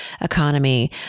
economy